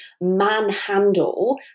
manhandle